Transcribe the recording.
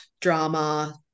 drama